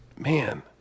Man